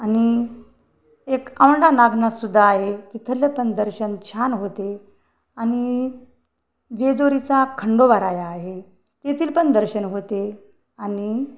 आणि एक औंढयानागनाथसुद्धा आहे तिथले पण दर्शन छान होते आणि जेजुरीचा खंडोबाराया आहे तेथील पण दर्शन होते आणि